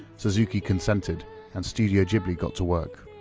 suzuki consented and studio ghibli got to work.